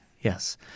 Yes